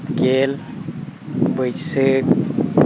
ᱜᱮᱞ ᱵᱟᱹᱭᱥᱟᱹᱠᱷ